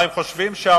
מה, הם חושבים שהעולם,